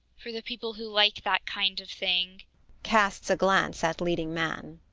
for the people who like that kind of thing casts a glance at leading man.